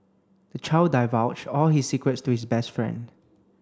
the child divulged all his secrets to his best friend